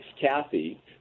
Kathy